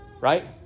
right